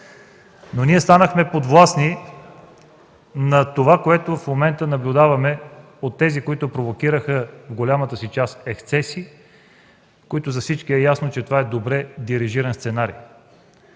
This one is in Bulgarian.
Но ние станахме подвластни на това, което в момента наблюдаваме от тези, които провокираха в голямата си част ексцесии, които, за всички е ясно, са добре режисиран сценарий.